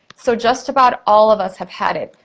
so just about all of us have had it.